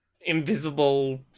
invisible